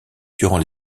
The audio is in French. durant